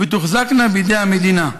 ותוחזקנה בידי המדינה.